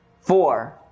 Four